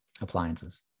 appliances